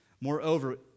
Moreover